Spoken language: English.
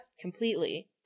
completely